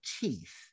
teeth